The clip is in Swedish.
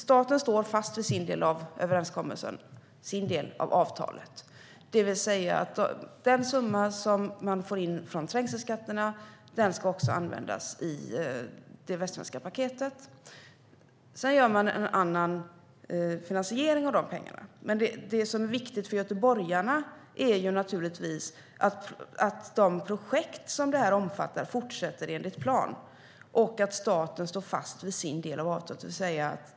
Staten står fast vid sin del av överenskommelsen, sin del av avtalet. Den summa som man får in från trängselskatterna ska också användas i det västsvenska paketet. Sedan gör man en annan finansiering av de pengarna. Men det som är viktigt för göteborgarna är naturligtvis att de projekt som det här omfattar fortsätter enligt plan och att staten står fast vid sin del av avtalet.